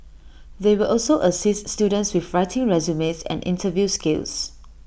they will also assist students with writing resumes and interview skills